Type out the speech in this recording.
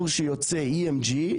EMG,